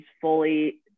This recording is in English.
fully